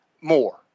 more